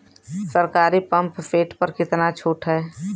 सरकारी pump set प कितना छूट हैं?